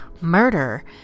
murder